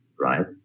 right